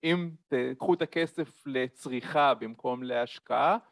אם תקחו את הכסף, לצריכה, במקום להשקעה...